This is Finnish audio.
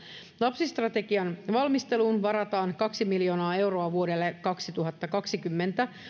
lapsistrategian valmisteluun varataan kaksi miljoonaa euroa vuodelle kaksituhattakaksikymmentä